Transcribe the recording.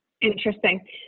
Interesting